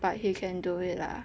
but he can do it lah